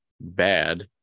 bad